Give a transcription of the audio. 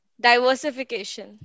Diversification